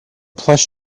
plush